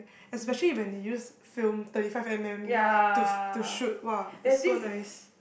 especially when they use film thirty five m_m to to shoot !wah! it's so nice